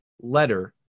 letter